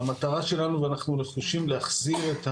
המטרה שלנו ואנחנו מנסים להחזיר,